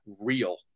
real